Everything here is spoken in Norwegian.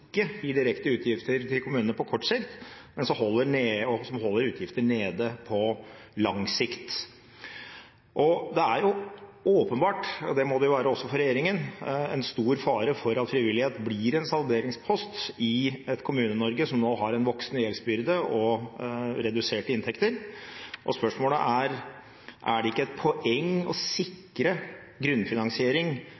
gir direkte utgifter til kommunene på kort sikt, og som holder utgifter nede på lang sikt. Det er jo åpenbart – og det må det være også for regjeringen – en stor fare for at frivillighet blir en salderingspost i et Kommune-Norge som nå har en voksende gjeldsbyrde og reduserte inntekter, og spørsmålet er: Er det ikke et poeng å sikre grunnfinansiering